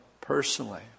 personally